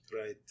Right